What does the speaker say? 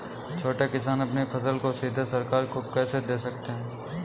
छोटे किसान अपनी फसल को सीधे सरकार को कैसे दे सकते हैं?